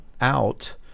out